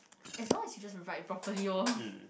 as long as you just write properly lor